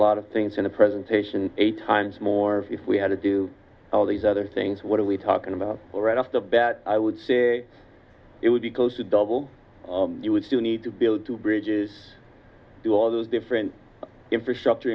lot of things in a presentation eight times more if we had to do all these other things what are we talking about right off the bat i would say it would be close to double you would still need to build two bridges to all those different infrastructure